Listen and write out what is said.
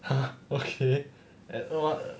!huh! okay then what